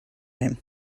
him